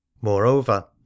Moreover